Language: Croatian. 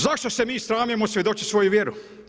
Zašto se mi sramimo svjedočiti svoju vjeru?